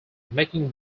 making